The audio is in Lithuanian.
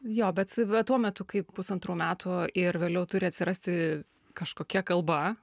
jo bet tuo metu kaip pusantrų metų ir vėliau turi atsirasti kažkokia kalba